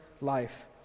life